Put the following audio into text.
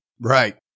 Right